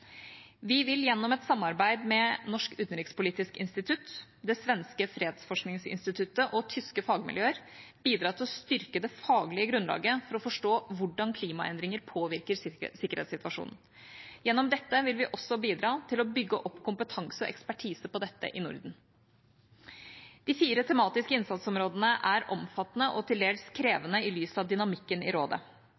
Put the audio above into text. Vi vil gjennom samarbeid med Norsk utenrikspolitisk institutt, det svenske fredsforskningsinstituttet og tyske fagmiljøer bidra til å styrke det faglige grunnlaget for å forstå hvordan klimaendringer påvirker sikkerhetssituasjonen. Gjennom dette vil vi også bidra til å bygge opp kompetanse og ekspertise på dette området i Norden. De fire tematiske innsatsområdene er omfattende og til dels